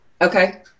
Okay